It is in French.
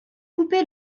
coupé